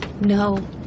no